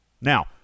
Now